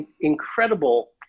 incredible